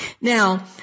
Now